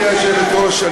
גברתי היושבת-ראש,